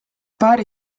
paari